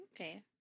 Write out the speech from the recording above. okay